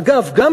אגב, גם